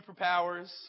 superpowers